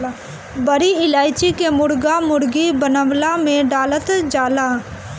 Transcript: बड़ी इलायची के मुर्गा मुर्गी बनवला में डालल जाला